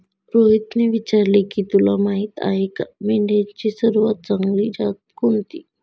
रोहितने विचारले, तुला माहीत आहे का मेंढ्यांची सर्वात चांगली जात कोणती?